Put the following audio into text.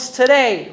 today